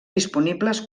disponibles